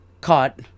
caught